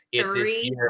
Three